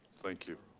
thank you,